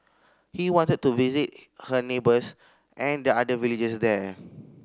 he wanted to visit her neighbours and the other villagers there